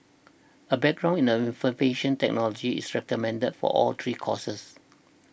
a background in a technology is recommended for all three courses